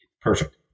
perfect